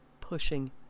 pushing